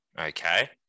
Okay